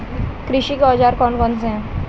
कृषि के औजार कौन कौन से हैं?